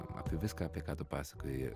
apie viską apie ką tu pasakoji